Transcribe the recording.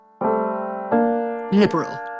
Liberal